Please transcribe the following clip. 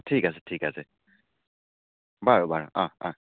ঠিক আছে ঠিক আছে বাৰু বাৰু অ অ